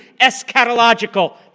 eschatological